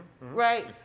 right